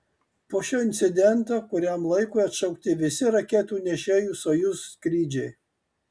po šio incidento kuriam laikui atšaukti visi raketų nešėjų sojuz skrydžiai